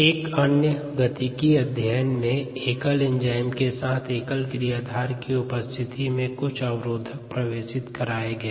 एक अन्य गतिकी अध्ययन में एकल एंजाइम के साथ एकल क्रियाधार की उपस्थिति में कुछ अवरोधक प्रवेशित कराये गए